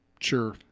sure